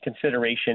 consideration